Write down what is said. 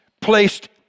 placed